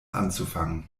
anzufangen